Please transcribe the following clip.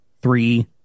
three